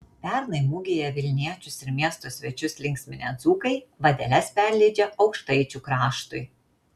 pernai mugėje vilniečius ir miesto svečius linksminę dzūkai vadeles perleidžia aukštaičių kraštui